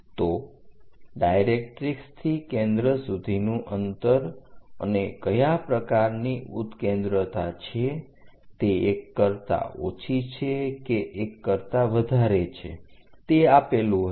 તો ડાઇરેક્ટરીક્ષ થી કેન્દ્ર સુધીનું અંતર અને કયા પ્રકારની ઉત્કેન્દ્રતા છે તે 1 કરતા ઓછી છે કે 1 કરતા વધારે છે તે આપેલું હશે